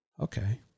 Okay